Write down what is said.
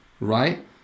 right